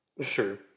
sure